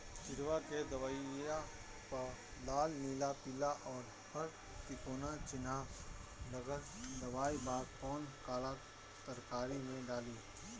किड़वा के दवाईया प लाल नीला पीला और हर तिकोना चिनहा लगल दवाई बा कौन काला तरकारी मैं डाली?